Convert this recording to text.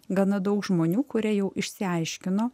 gana daug žmonių kurie jau išsiaiškino